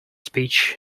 speech